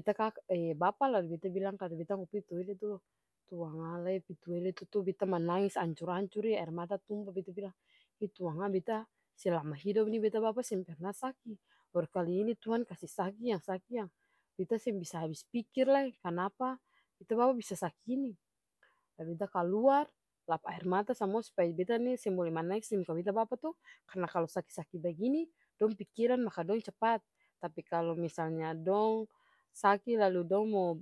kaka eh bapa lalu beta bilang beta mo pi toilet dolo, tuangalla. e pi toilet itu to beta managis ancor-ancore aer mata tumpa beta bilang ih tuanga beta selama hidup nih beta bapa seng parna saki baru kali ini tuhan kasi saki yang saki yang beta seng bisa abis pikir lai kanapa beta bapa bisa saki ini, lah beta kaluar lap aer mata samua supaya beta nih seng bole manangis dimuka beta bapa to, karna kalu saki-saki bagini dong pikirang maka dong capat, tapi kalu misalnya dong saki lalu dong mo.